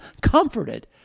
comforted